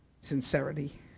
sincerity